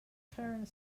current